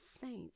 saints